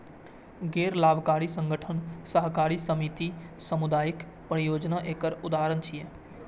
गैर लाभकारी संगठन, सहकारी समिति, सामुदायिक परियोजना एकर उदाहरण छियै